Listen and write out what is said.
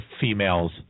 females